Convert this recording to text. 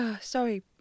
Sorry